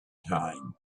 time